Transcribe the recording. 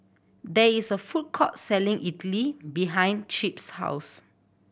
there is a food court selling idly behind Chip's house